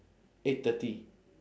eight thirty